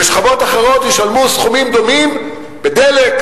ושכבות אחרות ישלמו סכומים דומים בדלק,